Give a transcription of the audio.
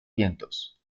vientos